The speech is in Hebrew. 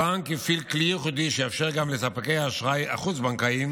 הבנק הפעיל כלי ייחודי שיאפשר גם לספקי האשראי החוץ-בנקאיים